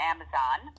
Amazon